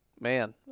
man